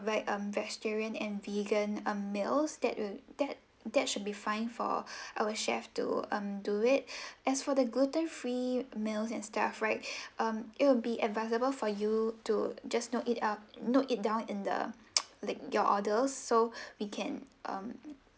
provide um vegetarian and vegan um meals that will that that should be fine for our chef to um do it as for the gluten free meals and stuff right um it'll be advisable for you to just note it up note it down in the like your orders so we can um